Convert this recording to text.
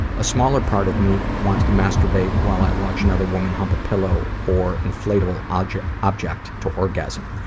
a smaller part of me wants to masturbate while i watch another woman hump a pillow or inflatable object object to orgasm.